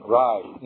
right